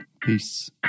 Peace